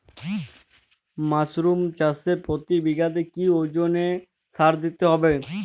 Mushroom চাষে প্রতি বিঘাতে কি ওজনে সার দিতে হবে?